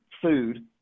food